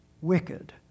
wicked